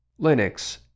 Linux